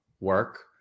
work